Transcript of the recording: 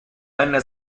venne